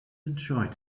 enjoyed